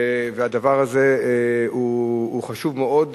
והדבר הזה הוא חשוב מאוד,